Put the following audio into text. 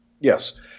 Yes